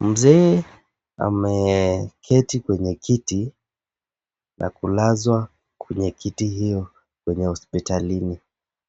Mzee ameketi kwenye kiti na kulazwa kwenye kiti hiyo kwenye hospitalini